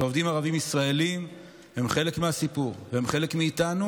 ועובדים ערבים ישראלים הם חלק מהסיפור והם חלק מאיתנו,